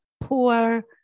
poor